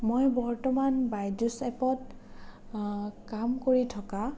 মই বৰ্তমান বাইজুচ এপত কাম কৰি থকা